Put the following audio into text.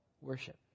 worship